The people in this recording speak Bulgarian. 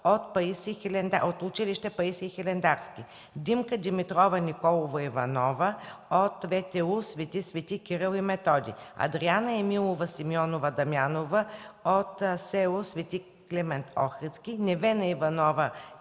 от училище „Паисий Хилендарски”, Димка Димитрова Николова-Иванова от ВТУ „Св. св. Кирил и Методий”, Адриана Емилова Симеонова-Дамянова от СУ „Св. Климент Охридски”, Невена Иванова